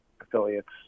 affiliates